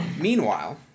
Meanwhile